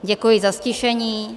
Děkuji za ztišení.